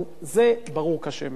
זה ברור כשמש.